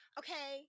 okay